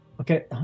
Okay